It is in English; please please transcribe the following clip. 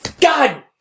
God